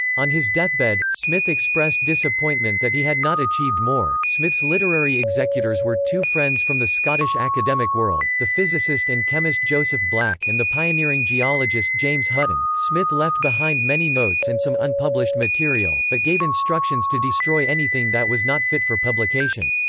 on his deathbed, smith expressed disappointment that he had not achieved more smith's literary executors were two friends from the scottish academic world the physicist and chemist joseph black and the pioneering geologist james hutton. smith left behind many notes and some unpublished material, but gave instructions to destroy anything that was not fit for publication.